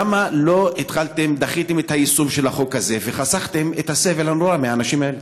למה לא דחיתם את היישום של החוק הזה וחסכתם את הסבל הנורא מהאנשים האלה?